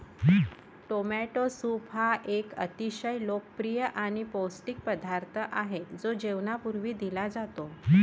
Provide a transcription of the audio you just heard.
tomato soup हा एक अतिशय लोकप्रिय आणि पौष्टिक पदार्थ आहे जो जेवणापूर्वी दिला जातो